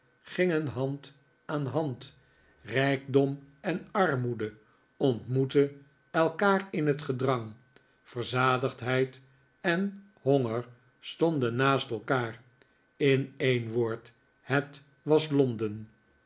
gingen hand aan hand rijkdom en armoede ontmoetten elkaar in het gedrang verzadigdheid en honger stonden naast elkaar in een woord het was londen